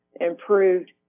improved